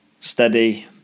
steady